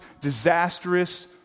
disastrous